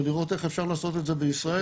ולראות איך אפשר לעשות את זה בישראל